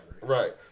right